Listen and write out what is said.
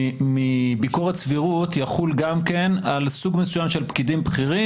מביקורת סבירות יחול גם על סוג מסוים של פקידים בכירים.